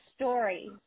story